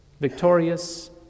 victorious